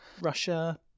Russia